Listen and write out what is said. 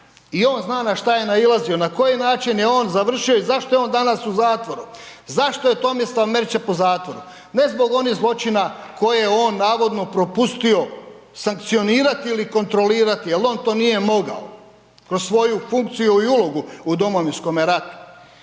i on zna na šta je nailazio, na koji način je on završio i zašto je on danas u zatvoru, zašto je Tomislav Merčep u zatvoru? Ne zbog onih zločina koje je on navodno propustio sankcionirati ili kontrolirati jer on to nije mogao kroz dvoju funkciju i ulogu u Domovinskome ratu